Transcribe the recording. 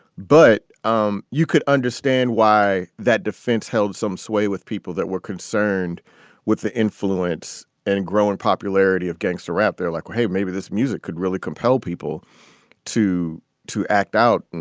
but um you could understand why that defense held some sway with people that were concerned with the influence and growing popularity of gangsta rap. they're like, hey maybe this music could really compel people to to act out and,